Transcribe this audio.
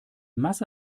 masse